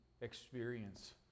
experience